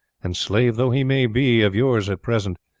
and, slave though he may be of yours at present,